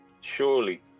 surely